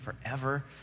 forever